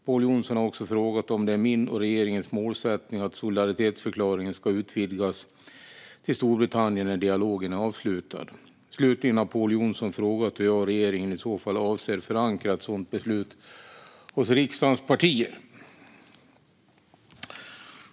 Pål Jonson har också frågat om det är min och regeringens målsättning att solidaritetsförklaringen ska utvidgas till Storbritannien när dialogen är avslutad. Slutligen har Pål Jonson frågat hur jag och regeringen i så fall avser att förankra ett sådant beslut hos riksdagens partier.